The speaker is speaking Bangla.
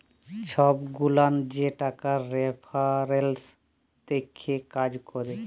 ছব গুলান যে টাকার রেফারেলস দ্যাখে কাজ ক্যরে